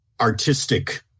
artistic